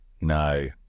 No